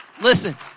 listen